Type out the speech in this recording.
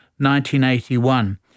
1981